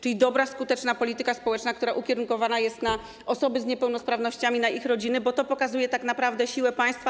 Czyli dobra, skuteczna polityka społeczna, która ukierunkowana jest na osoby z niepełnosprawnościami, na ich rodziny, bo to pokazuje tak naprawdę siłę państwa.